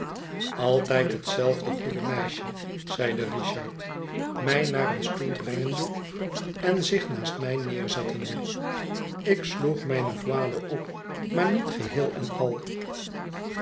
altijd hetzelfde goede meisje zeide richard mij naar een stoel brengende en zich naast mij neerzettende ik sloeg mijne voile op maar niet geheel en al